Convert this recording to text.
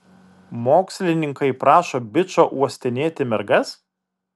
mokslininkai prašo bičo uostinėti mergas